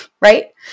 right